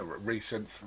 recent